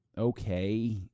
okay